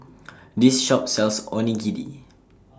This Shop sells Onigiri